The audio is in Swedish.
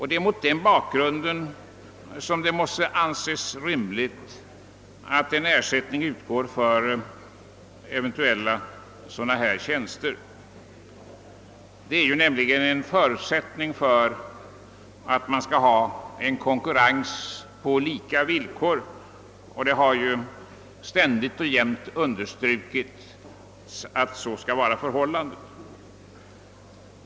Det är mot den bakgrunden som det måste anses rimligt att en ersättning utgår för eventuella sådana tjänster. Det är nämligen en förutsättning för konkurrens på lika villkor, vilket det ständigt och jämt understryks att man skall ha.